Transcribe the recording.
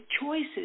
choices